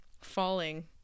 Falling